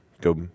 go